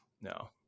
No